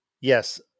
yes